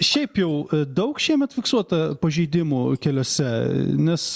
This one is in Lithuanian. šiaip jau daug šiemet fiksuota pažeidimų keliuose nes